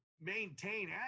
maintain